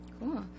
Cool